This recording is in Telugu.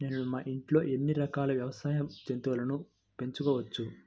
నేను మా ఇంట్లో ఎన్ని రకాల వ్యవసాయ జంతువులను పెంచుకోవచ్చు?